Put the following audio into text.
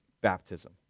baptism